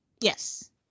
Yes